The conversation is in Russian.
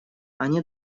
они